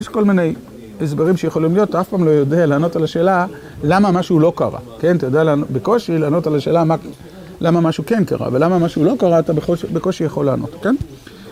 יש כל מיני הסברים שיכולים להיות, אתה אף פעם לא יודע לענות על השאלה למה משהו לא קרה. כן? אתה יודע בקושי לענות על השאלה למה משהו כן קרה, ולמה משהו לא קרה אתה בקושי יכול לענות. כן?